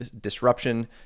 disruption